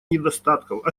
недостатков